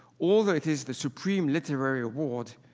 although it is the supreme literary award,